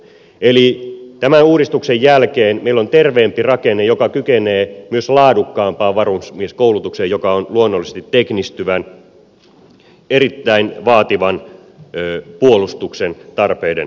eli tämän uudistuksen jälkeen meillä on terveempi rakenne joka kykenee myös laadukkaampaan varusmieskoulutukseen joka on luonnollisesti teknistyvän erittäin vaativan puolustuksen tarpeiden mukaista